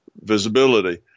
visibility